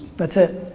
that's it.